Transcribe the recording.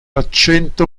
accento